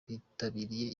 bitabiriye